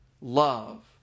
Love